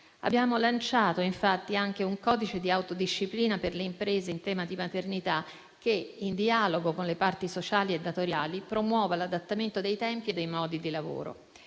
Abbiamo lanciato infatti anche un codice di autodisciplina per le imprese in tema di maternità che, in dialogo con le parti sociali e datoriali, promuova l'adattamento dei tempi e dei modi di lavoro.